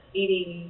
eating